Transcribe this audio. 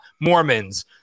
mormons